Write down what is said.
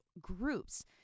groups